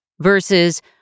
versus